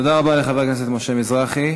תודה רבה לחבר הכנסת משה מזרחי.